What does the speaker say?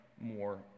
more